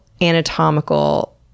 anatomical